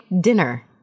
dinner